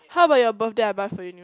how about your birthday I buy for you new